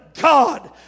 God